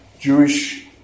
Jewish